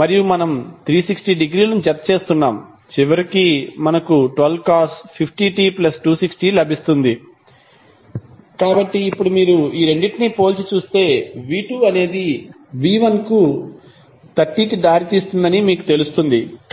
మరియు మనము 360 డిగ్రీలను జత చేస్తున్నాము మరియు చివరికి మనకు 12cos 50t260 లభిస్తుంది కాబట్టి ఇప్పుడు మీరు ఈ రెండింటినీ పోల్చి చూస్తే v2 అనేది v1 కు 30 కి దారితీస్తుందని మీకు తెలుస్తుంది